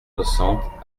soixante